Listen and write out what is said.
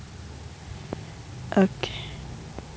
okay